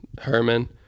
Herman